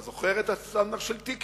אתה זוכר את הסטנדרט של טיקים?